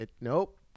nope